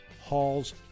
Hall's